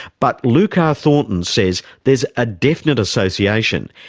but lukar thornton says there's a definite association,